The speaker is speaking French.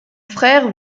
frère